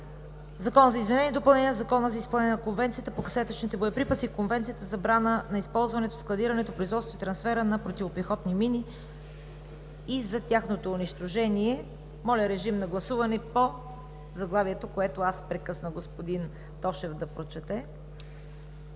„Закон за изменение и допълнение на Закона за изпълнение на Конвенцията по касетъчните боеприпаси и Конвенцията за забраната на използването, складирането, производството и трансфера на противопехотни мини и за тяхното унищожаване“. Гласуваме заглавието, което прекъснах господин Тошев да прочете.